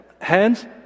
hands